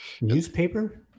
Newspaper